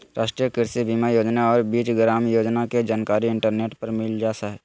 राष्ट्रीय कृषि बीमा योजना और बीज ग्राम योजना के जानकारी इंटरनेट पर मिल जा हइ